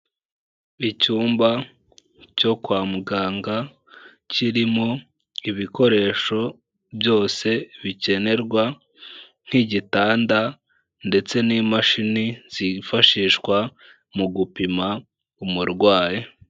Icyumba cyo kwa muganga kirimo ibikoresho byose bikenerwa, nk'igitanda ndetse n'imashini zifashishwa mu gupima umurwayi.